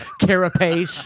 Carapace